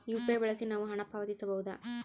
UPI ಬಳಸಿ ನಾವು ಹಣ ಪಾವತಿಸಬಹುದಾ?